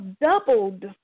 doubled